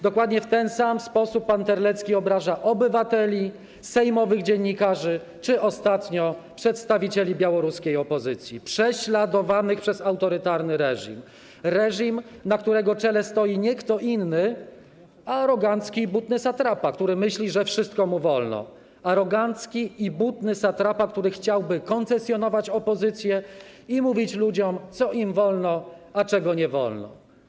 Dokładnie w ten sam sposób pan Terlecki obraża obywateli, sejmowych dziennikarzy czy ostatnio przedstawicieli białoruskiej opozycji prześladowanych przez autorytarny reżim, na którego czele stoi arogancki i butny satrapa, który myśli, że wszystko mu wolno, arogancki i butny satrapa, który chciałby koncesjonować opozycję i mówić ludziom, co im wolno, a czego nie wolno.